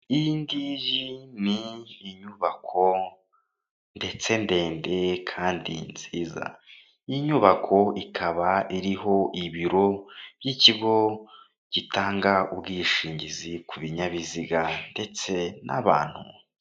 Iyingiyi ni inyubako ndetse ndende kandi nziza, iyi nyubako ikaba iriho ibiro by'ikigo gitanga ubwishingizi ku binyabiziga ndetse n'abantu.